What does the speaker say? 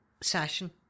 session